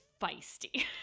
feisty